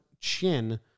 chin